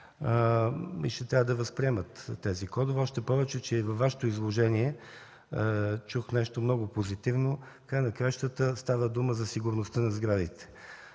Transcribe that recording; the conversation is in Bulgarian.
че трябва да възприемат тези кодове. Още повече, че и във Вашето изложение чух нещо много позитивно. В края на краищата става дума за сигурността на сградите,